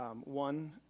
One